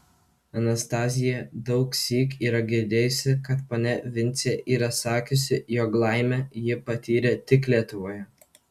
anastazija daugsyk yra girdėjusi kad ponia vincė yra sakiusi jog laimę ji patyrė tik lietuvoje